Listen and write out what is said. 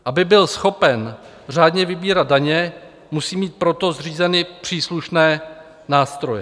Aby byl schopen řádně vybírat daně, musí mít pro to zřízeny příslušné nástroje.